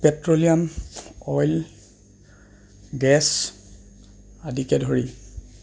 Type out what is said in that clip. petroleum oil gas আদিকে ধৰি